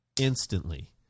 instantly